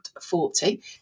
Forty